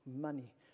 money